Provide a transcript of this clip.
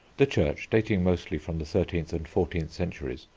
the church, dating mostly from the thirteenth and fourteenth centuries,